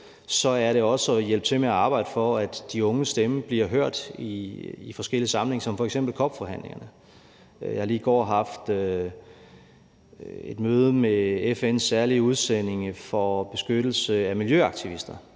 er det også at hjælpe til med at arbejde for, at de unges stemme bliver hørt i forskellige sammenhænge som f.eks. COP-forhandlingerne. Jeg har lige i går haft et møde med FN's særlige udsending for beskyttelse af miljøaktivister.